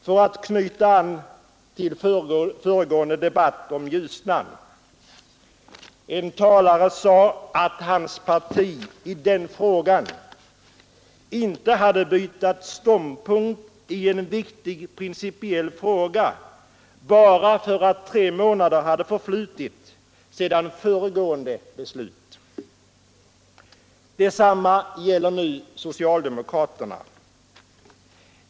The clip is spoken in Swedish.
För att knyta an till den föregående debatten om Ljusnan: en talare sade att hans parti i det ärendet inte hade bytt ståndpunkt i en viktig principiell fråga bara för att tre månader hade förflutit sedan föregående beslut. Detsamma gäller nu socialdemokraterna.